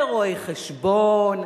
לרואי-חשבון,